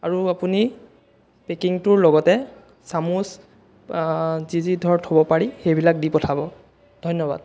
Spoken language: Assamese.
আৰু আপুনি পেকিংটোৰ লগতে চামুচ যি যি ধৰক থ'ব পাৰি সেইবিলাক দি পঠাব ধন্যবাদ